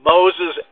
Moses